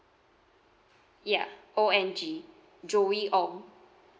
ya O N G joey ong